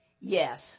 yes